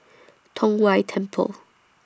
Tong Whye Temple